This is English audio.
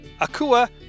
Akua